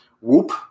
whoop